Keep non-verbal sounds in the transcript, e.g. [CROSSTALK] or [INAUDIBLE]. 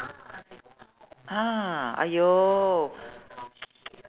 !huh! !aiyo! [NOISE]